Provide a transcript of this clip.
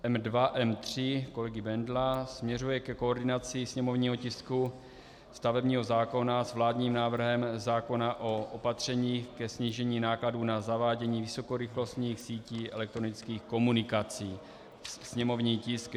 M2, M3 kolegy Bendla směřuje ke koordinaci sněmovního tisku stavebního zákona s vládním návrhem zákona o opatřeních ke snížení nákladů na zavádění vysokorychlostních sítí elektronických komunikací, sněmovní tisk 936.